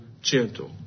gentle